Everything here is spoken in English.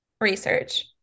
research